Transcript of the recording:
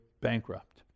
bankrupt